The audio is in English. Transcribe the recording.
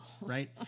Right